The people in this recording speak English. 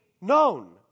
known